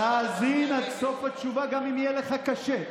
תאזין עד סוף התשובה, גם אם יהיה לך קשה.